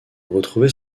retrouver